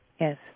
Yes